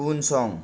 उनसं